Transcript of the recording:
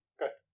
good